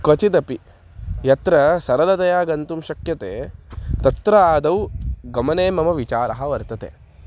क्वचिदपि यत्र सरलतया गन्तुं शक्यते तत्र आदौ गमने मम विचारः वर्तते